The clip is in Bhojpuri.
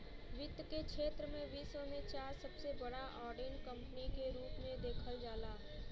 वित्त के क्षेत्र में विश्व में चार सबसे बड़ा ऑडिट कंपनी के रूप में देखल जाला